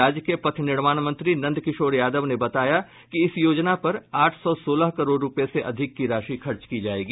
राज्य के पथ निर्माण मंत्री नंद किशोर यादव ने बताया कि इस योजना पर आठ सौ सोलह करोड़ रूपये से अधिक की राशि खर्च की जायेगी